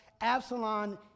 Absalom